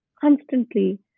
constantly